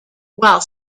while